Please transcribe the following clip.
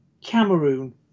Cameroon